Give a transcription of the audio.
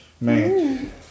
Man